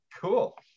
Cool